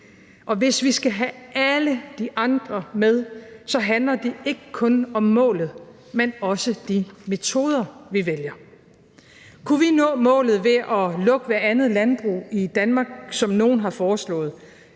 og hvis vi skal have alle de andre med, handler det ikke kun om målet, men også om de metoder, vi vælger. Kunne vi nå målet ved at lukke hvert andet landbrug i Danmark, som nogle har foreslået